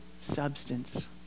substance